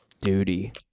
duty